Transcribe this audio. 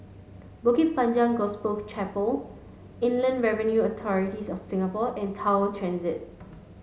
Bukit Panjang Gospel Chapel Inland Revenue Authorities of Singapore and Tower Transit